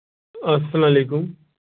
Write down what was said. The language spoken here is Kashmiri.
اَسلام علیکُم